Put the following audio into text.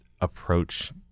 approach